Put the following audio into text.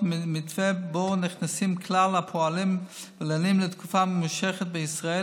מתווה שבו נכנסים כלל הפועלים ולנים תקופה ממושכת בישראל,